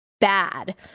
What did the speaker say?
bad